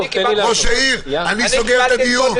ראש העיר, אני סוגר את הדיון.